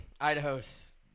Idaho's